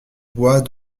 bois